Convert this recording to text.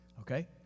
Okay